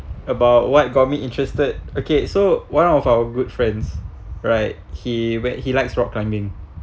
about what got me interested okay so one of our good friends right he when he likes rock climbing